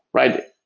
right?